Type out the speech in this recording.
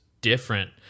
different